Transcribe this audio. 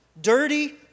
Dirty